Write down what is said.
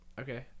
Okay